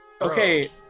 Okay